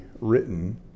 written